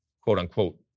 quote-unquote